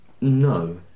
No